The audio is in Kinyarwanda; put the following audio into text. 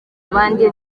abandi